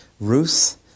Ruth